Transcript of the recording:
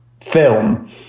film